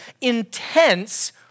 intense